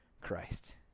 Christ